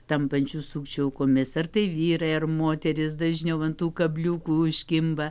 tampančius sukčių aukomis ar tai vyrai ar moterys dažniau ant tų kabliukų užkimba